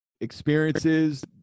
experiences